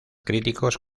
críticos